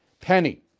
Penny